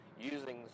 using